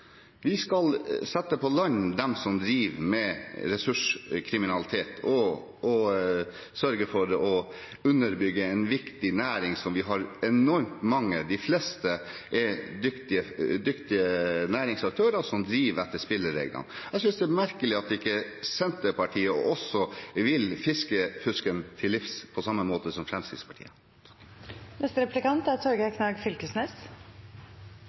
Vi skal sette på land de som driver med ressurskriminalitet, og sørge for å underbygge en viktig næring der enormt mange – de fleste – er dyktige næringsaktører som driver etter spillereglene. Jeg synes det er merkelig at ikke Senterpartiet også vil fiskefusken til livs, på samme måte som Fremskrittspartiet.